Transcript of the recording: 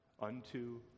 unto